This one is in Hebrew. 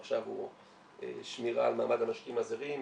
עכשיו זה שמירה על מעמד המשקיעים הזרים,